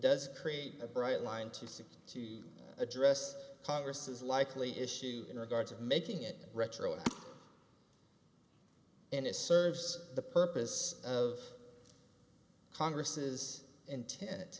does create a bright line to see to be addressed congress is likely issued in regards of making it retro and it serves the purpose of congress's intent